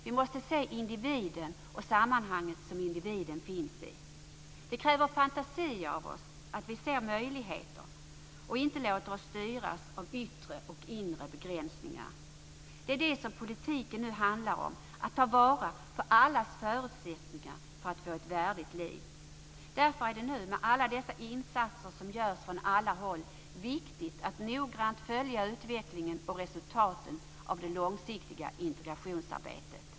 Vi måste se individen och det sammanhang som individen finns i. Det kräver fantasi av oss att se möjligheter och inte låta oss styras av yttre och inre begränsningar. Det är det som politiken nu handlar om. Vi måste ta vara på allas förutsättningar för att få ett värdigt liv. Därför är det nu, med alla dessa insatser som görs från alla håll, viktigt att noggrant följa utvecklingen och resultaten av det långsiktiga integrationsarbetet.